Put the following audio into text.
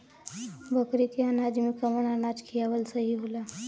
बकरी के अनाज में कवन अनाज खियावल सही होला?